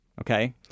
Okay